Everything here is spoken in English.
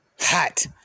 Hot